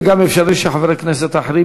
וגם אפשרי שחברי כנסת אחרים,